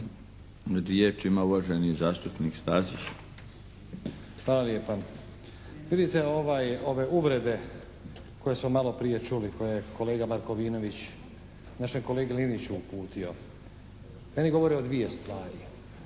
Riječ ima uvaženi zastupnik Stazić.